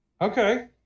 okay